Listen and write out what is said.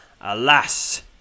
Alas